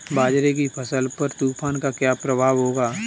बाजरे की फसल पर तूफान का क्या प्रभाव होगा?